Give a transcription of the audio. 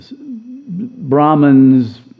Brahmins